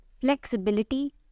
flexibility